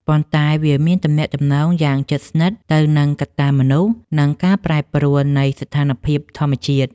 ប៉ុន្តែវាមានទំនាក់ទំនងយ៉ាងជិតស្និទ្ធទៅនឹងកត្តាមនុស្ស និងការប្រែប្រួលនៃស្ថានភាពធម្មជាតិ។